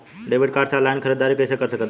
Debit card से online ख़रीदारी कैसे कर सकत बानी?